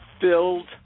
filled